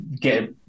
get